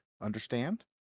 Understand